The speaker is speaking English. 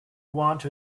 want